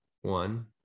one